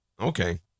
okay